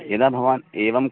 यदा भवान् एवम्